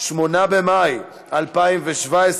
8 במאי 2017,